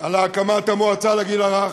על הקמת המועצה לגיל הרך,